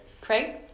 Craig